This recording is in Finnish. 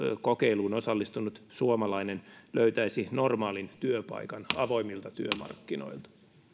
kokeiluun osallistunut suomalainen löytäisi normaalin työpaikan avoimilta työmarkkinoilta